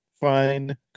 fine